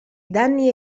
danni